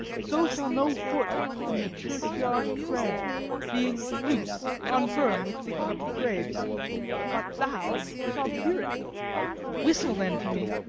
so shall no foot upon the churchyard tread being loose, unfirm, with digging up of graves but thou shalt hear it whistle then to me,